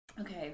Okay